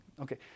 Okay